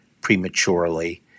prematurely